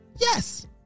Yes